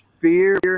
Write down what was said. fear